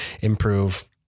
improve